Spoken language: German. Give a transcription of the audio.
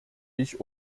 ich